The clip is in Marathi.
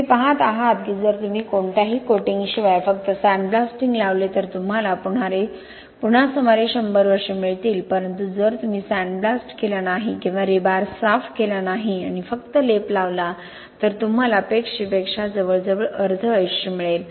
तुम्ही पहात आहात की जर तुम्ही कोणत्याही कोटिंगशिवाय फक्त सँडब्लास्टिंग लावले तर तुम्हाला पुन्हा सुमारे 100 वर्षे मिळतील परंतु जर तुम्ही सँड ब्लास्ट केला नाही किंवा रीबार साफ केला नाही आणि फक्त लेप लावला तर तुम्हाला अपेक्षेपेक्षा जवळजवळ अर्धे आयुष्य मिळेल